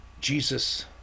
Jesus